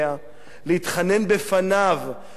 להתחנן בפניו על חייה.